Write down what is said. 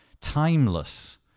timeless